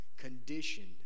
conditioned